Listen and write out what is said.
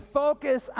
focus